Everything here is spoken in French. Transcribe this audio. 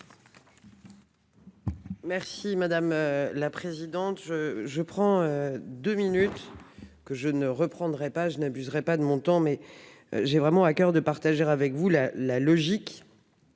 Merci madame la présidente, je, je prends deux minutes. Que je ne reprendrai pas je n'abuserait pas de montant mais. J'ai vraiment à coeur de partager avec vous la la logique.